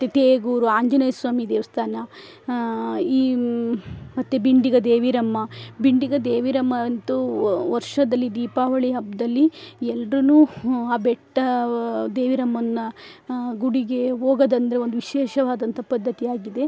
ಮತ್ತೆ ತೇಗೂರು ಆಂಜನೇಯಸ್ವಾಮಿ ದೇವಸ್ಥಾನ ಈ ಮತ್ತೆ ಬಿಂಡಿಗ ದೇವಿರಮ್ಮ ಬಿಂಡಿಗ ದೇವಿರಮ್ಮ ಅಂತೂ ವರ್ಷದಲ್ಲಿ ದೀಪಾವಳಿ ಹಬ್ಬದಲ್ಲಿ ಎಲ್ರೂ ಆ ಬೆಟ್ಟ ದೇವಿರಮ್ಮನ ಗುಡಿಗೆ ಹೋಗೋದೆಂದ್ರೆ ಒಂದು ವಿಶೇಷವಾದಂತಹ ಪದ್ಧತಿಯಾಗಿದೆ